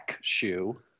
shoe